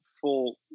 full